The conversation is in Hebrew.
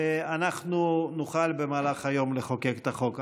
ואנחנו נוכל במהלך היום לחוקק את החוק.